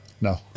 No